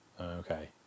Okay